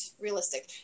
realistic